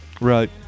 right